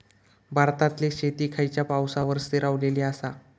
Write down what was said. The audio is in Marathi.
भारतातले शेती खयच्या पावसावर स्थिरावलेली आसा?